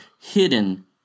hidden